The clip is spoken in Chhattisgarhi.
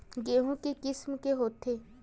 गेहूं के किसम के होथे?